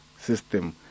system